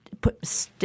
put